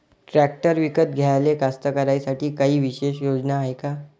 Tractor विकत घ्याले कास्तकाराइसाठी कायी विशेष योजना हाय का?